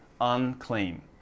unclean